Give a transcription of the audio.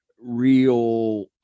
real